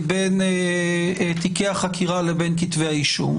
בין תיקי החקירה לבין כתבי האישום,